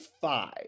five